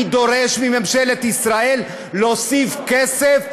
אני דורש מממשלת ישראל להוסיף כסף,